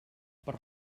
per